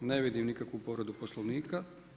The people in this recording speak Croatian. Ne vidim nikakvu povredu Poslovnika.